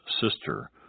sister